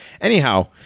Anyhow